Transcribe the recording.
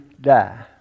die